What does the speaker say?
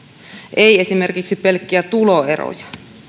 ei esimerkiksi pelkkiä tuloeroja